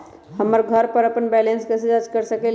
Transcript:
हम घर पर अपन बैलेंस कैसे जाँच कर सकेली?